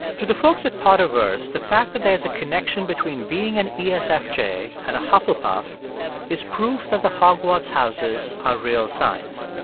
to the folks at potterverse, the fact that there's a connection between being an yeah esfj and a hufflepuff is proof that the hogwarts houses are real science.